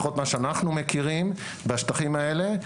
לפחות מה שאנחנו מכירים בשטחים האלה,